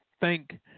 thank